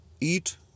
eat